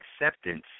acceptance